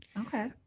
Okay